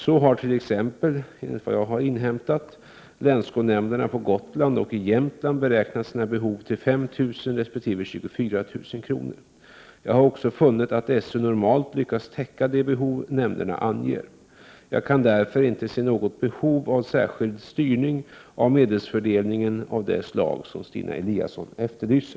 Så har t.ex. — enligt vad jag har inhämtat — länsskolnämnderna på Gotland och i Jämtland beräknat sina behov till 5 000 resp. 24 000 kr. Jag har också funnit att SÖ normalt lyckas täcka de behov nämnderna anger. Jag kan därför inte se något behov av särskild styrning av medelsfördelningen av det slag som Stina Eliasson efterlyser.